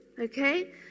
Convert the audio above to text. okay